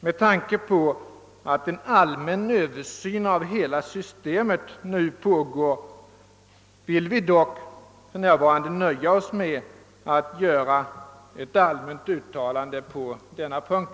Med tanke på att en allmän översyn av hela systemet pågår har vi dock för närvarande velat nöja oss med det särskilda yttrande som vi gjort.